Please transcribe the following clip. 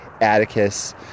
Atticus